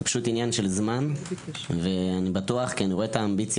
אני בטוח שזה אענין של זמן כי אני רואה את האמביציה